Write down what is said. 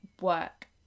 work